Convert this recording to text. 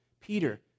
Peter